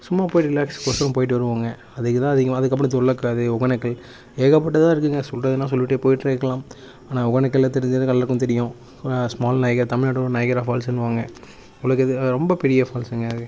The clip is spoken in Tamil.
சும்மா போயிட்டு ரிலாக்ஸ் கொசொரோம் போயிட்டு வருவோங்க அதுக்கு தான் அதிகமாக அதுக்கப்பறம் துள்ளக்காதி ஒக்கேனக்கல் ஏகப்பட்டதாக இருக்குங்க சொல்கிறதுனா சொல்லிட்டே போயிட்ரே இருக்கலாம் ஆனால் ஒகேனக்கல் எல்லாருக்கும் தெரியும் ஸ்மால் நைக தமிழ்நாட்டோட நைகரா ஃபால்ஸுன்னுவாங்க உலகது ரொம்ப பெரிய ஃபால்ஸுங்க அது